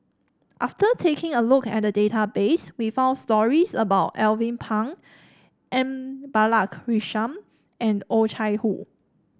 after taking a look at the database we found stories about Alvin Pang M Balakrishnan and Oh Chai Hoo